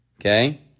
Okay